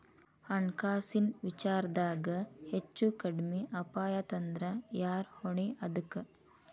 ಹಣ್ಕಾಸಿನ್ ವಿಚಾರ್ದಾಗ ಹೆಚ್ಚು ಕಡ್ಮಿ ಅಪಾಯಾತಂದ್ರ ಯಾರ್ ಹೊಣಿ ಅದಕ್ಕ?